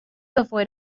avoid